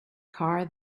car